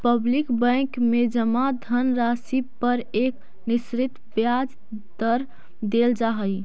public bank में जमा धनराशि पर एक निश्चित ब्याज दर देल जा हइ